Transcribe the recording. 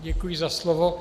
Děkuji za slovo.